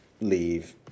leave